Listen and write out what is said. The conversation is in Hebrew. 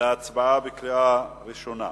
להצבעה בקריאה ראשונה